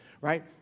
Right